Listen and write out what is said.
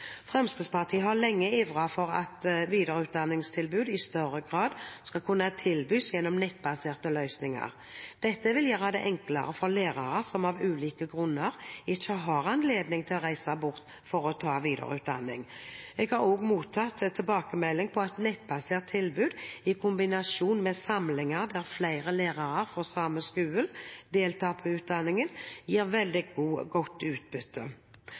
Fremskrittspartiet har lenge ivret for at videreutdanningstilbud i større grad skal kunne tilbys gjennom nettbaserte løsninger. Dette vil gjøre det enklere for lærere som av ulike grunner ikke har anledning til å reise bort for å ta videreutdanning. Jeg har også mottatt tilbakemelding på at nettbasert tilbud i kombinasjon med samlinger der flere lærere fra samme skole deltar på utdanningen, gir veldig godt utbytte.